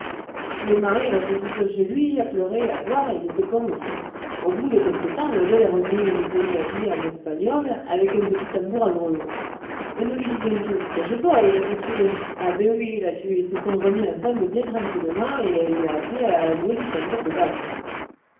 le mari reste seul chez lui à pleurer et à boire il était comme fou au bout de quelque temps la belle est revenue dans le pays habillée en espagnole avec un petit tambour à grelots nous lui disions tous cache-toi il va te tuer ah ben oui la tuer ils se sont remis ensemble bien tranquillement et elle lui a appris à jouer du tambour de basque